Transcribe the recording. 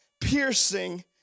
piercing